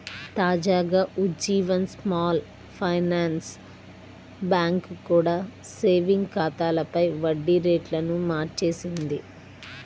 తాజాగా Ujjivan small finance bank కూడా savings ఖాతాలపై వడ్డీ రేట్లను మార్చేసింది